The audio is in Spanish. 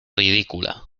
ridícula